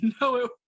No